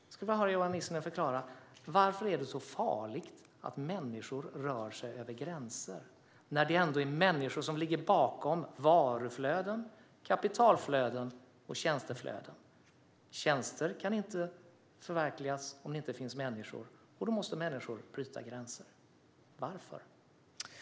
Jag skulle vilja höra Johan Nissinen förklara varför det är så farligt att människor rör sig över gränser, när det ändå är människor som ligger bakom varuflöden, kapitalflöden och tjänsteflöden. Tjänster kan inte förverkligas om det inte finns människor, och då måste människor bryta gränser. Varför?